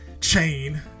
chain